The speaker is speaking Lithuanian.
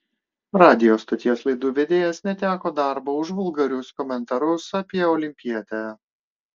radijo stoties laidų vedėjas neteko darbo už vulgarius komentarus apie olimpietę